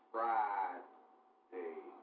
Friday